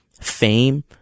fame